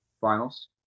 finals